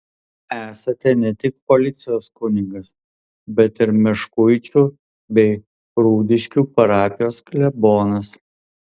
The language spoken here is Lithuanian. esate ne tik policijos kunigas bet ir meškuičių bei rudiškių parapijos klebonas